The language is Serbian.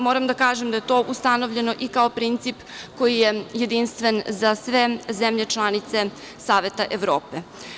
Moram da kažem da je to ustanovljeno i kao princip koji je jedinstven za sve zemlje članice Saveta Evrope.